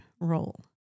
role